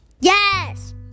yes